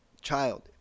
Child